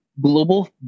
Global